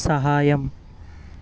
సహాయం